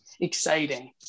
exciting